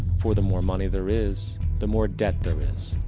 for the more money there is the more debt there is.